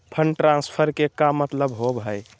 Fund transfer के का मतलब होव हई?